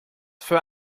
für